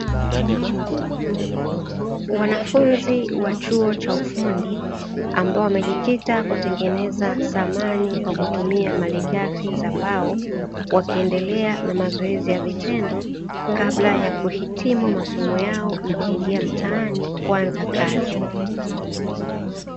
Wanafunzi wa chuo cha ufundi ambao wamejikita kutengeneza samani kwa kutumia malighafi za mbao wakiendelea na mazoezi ya vitendo kabla ya kuhitimu masomo yao na kuingia mtaani kuanza kazi.